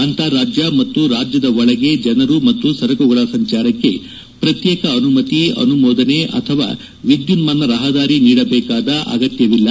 ಅಂತಾರಾಜ್ಯ ಮತ್ತು ರಾಜ್ಯದ ಒಳಗೆ ಜನರು ಮತ್ತು ಸರಕುಗಳ ಸಂಚಾರಕ್ಕೆ ಪ್ರತ್ಯೇಕ ಅನುಮತಿ ಅನುಮೋದನೆ ಅಥವಾ ವಿದ್ಯುನ್ಮಾನ ರಹದಾರಿ ನೀಡಬೇಕಾದ ಅಗತ್ಯವಿಲ್ಲ